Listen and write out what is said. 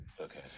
Okay